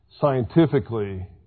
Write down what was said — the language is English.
scientifically